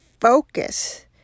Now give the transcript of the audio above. focus